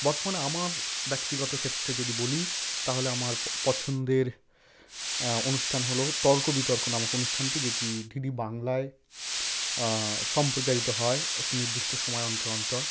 বর্তমানে আমার ব্যক্তিগত ক্ষেত্রে যদি বলি তাহলে আমার পছন্দের অনুষ্ঠান হল তর্ক বিতর্ক নামক অনুষ্ঠানটি যেটি ডি ডি বাংলায় সম্প্রচারিত হয় একটি নির্দিষ্ট সময় অন্তর অন্তর